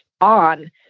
on